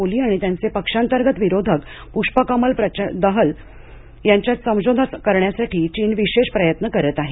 ओली आणि त्यांचे पक्षांतर्गत विरोधक पुष्पकमल दहल प्रचंड यांच्यात समझोता करण्यासाठी चीन विशेष प्रयत्न करत आहे